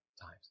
times